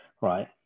right